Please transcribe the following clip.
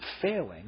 failing